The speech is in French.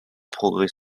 progrès